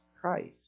Christ